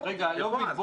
רגע, אני לא מבין.